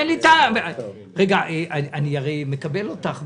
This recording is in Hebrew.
אני הרי מקבל אותך בכבוד,